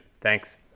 Thanks